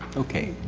okay,